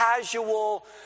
casual